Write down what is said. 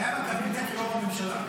זה היה בקבינט ולא בממשלה.